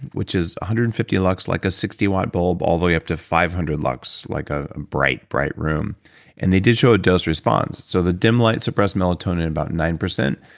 which is one hundred and fifty lux, like a sixty watt bulb all the way up to five hundred lux like a bright, bright room and they did show a dose response so the dim light suppressed melatonin about nine percent,